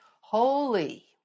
holy